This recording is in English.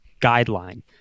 guideline